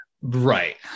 Right